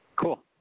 Cool